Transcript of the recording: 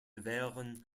verne